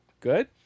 Good